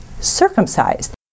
circumcised